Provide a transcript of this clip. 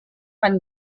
van